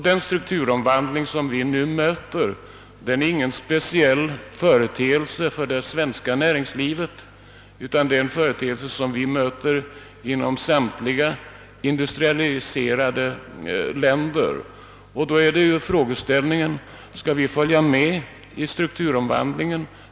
Den strukturomvandling vi nu möter är ingenting speciellt för det svenska näringslivet, utan det är en företeelse vi möter inom samtliga industrialiserade länder. Skall vi då följa med i strukturomvandlingen?